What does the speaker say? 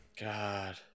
God